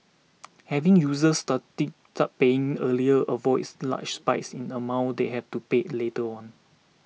having users started that paying earlier avoids large spikes in the amount they have to pay later on